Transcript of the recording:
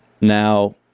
Now